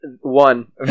one